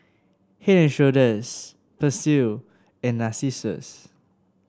Head And Shoulders Persil and Narcissus